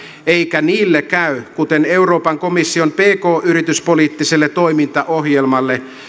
eikä niille käy kuten euroopan komission pk yrityspoliittiselle toimintaohjelma